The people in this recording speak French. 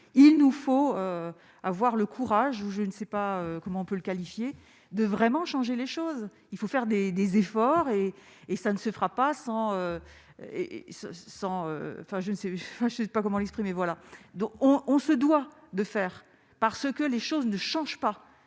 il nous faut avoir le courage ou je ne sais pas comment on peut le qualifier de vraiment changer les choses, il faut faire des efforts et et ça ne se fera pas sans et et sans fin, je ne sais, enfin je sais pas comment exprimer voilà donc on se doit de faire parce que les choses ne changent pas